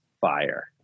fire